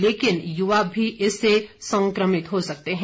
लेकिन युवा भी इससे संक्रमित हो सकते हैं